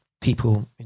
People